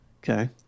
Okay